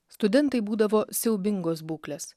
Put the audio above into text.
studentai būdavo siaubingos būklės